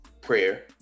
prayer